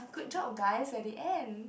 good job guys at the end